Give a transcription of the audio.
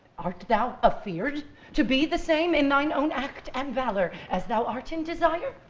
art thou afeared to be the same in thine own act and valor as thou art in desire?